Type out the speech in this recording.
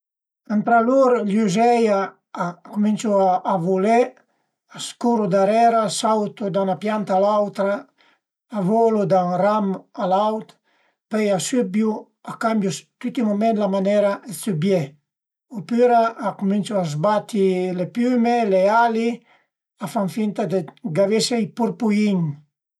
Ëntra lur i üzei a cuminciu a vulé, a s'curu darera, a sautu da 'na pianta a l'autra, a volu da ün ram a l'aut, pöi a sübiu, a cambiu tüti i mument la manera dë sübié opüra a cuminciu a sbati le piüme, le ali, a fan finta dë gavese i purpuin